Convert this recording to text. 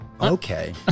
Okay